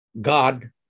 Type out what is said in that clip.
God